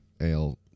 ale